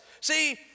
See